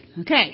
Okay